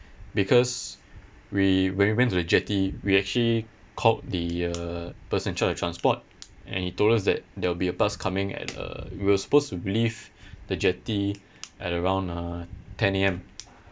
because we when we went to the jetty we actually called the uh person in charge of the transport and he told us that there will be a bus coming at uh we were supposed to leave the jetty at around uh ten A_M